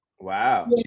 Wow